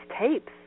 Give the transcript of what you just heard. tapes